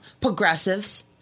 Progressives